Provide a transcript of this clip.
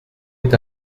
est